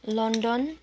London